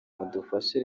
mudufashe